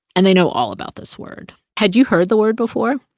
and they know all about this word had you heard the word before?